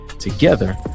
Together